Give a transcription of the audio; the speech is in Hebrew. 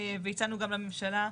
והצענו גם לממשלה,